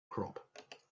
crop